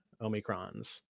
Omicron's